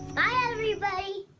bye, everybody!